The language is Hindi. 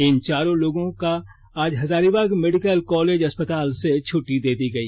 इन चारों लोगों को हजारीबाग मेडिकल कॉलेज अस्पताल से छट्टी दी गई